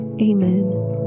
Amen